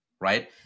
Right